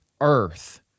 earth